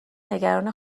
نگران